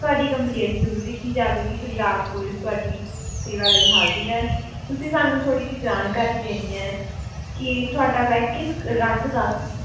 ਤੁਹਾਡੀ ਕੰਮਪਲੇਟ ਜ਼ਰੂਰ ਲਿਖੀ ਜਾਵੇਗੀ ਪੰਜਾਬ ਪੁਲਿਸ ਤੁਹਾਡੀ ਸੇਵਾ ਲਈ ਹਾਜ਼ਰ ਹੈ ਤੁਸੀਂ ਸਾਨੂੰ ਥੋੜ੍ਹੀ ਜਿਹੀ ਜਾਣਕਾਰੀ ਦੇਣੀ ਹੈ ਕਿ ਤੁਹਾਡਾ ਬੈਗ ਕਿਸ ਰੰਗ ਦਾ ਸੀ